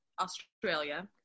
Australia